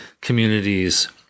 communities